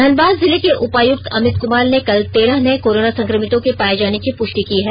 धनबाद जिले के उपायुक्त अमित कुमार ने कल तेरह नए कोरोना संक्रमितों के पाये जाने की प्रष्टि की है